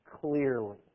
Clearly